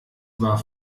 war